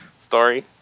story